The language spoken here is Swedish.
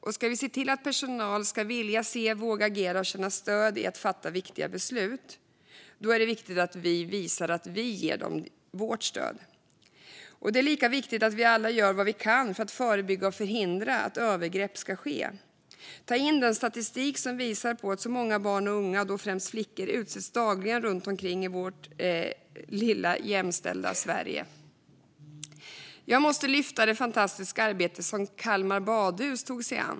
Och ska vi se till att personal ska vilja se, våga agera och känna stöd i att fatta viktiga beslut är det viktigt att vi visar att vi ger dem vårt stöd. Tillträdesförbud till badanläggningar och bibliotek Det är lika viktigt att vi alla gör vad vi kan för att förebygga och förhindra att övergrepp sker. Vi måste ta in den statistik som visar på att så många barn och unga, och då främst flickor, dagligen utsätts runt omkring i vårt lilla jämställda Sverige. Jag måste lyfta fram det fantastiska arbete som Kalmar badhus tog sig an.